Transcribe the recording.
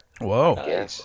Whoa